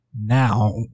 now